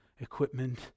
equipment